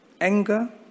anger